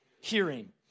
hearing